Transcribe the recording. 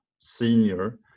senior